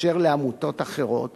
אשר לעמותות אחרות,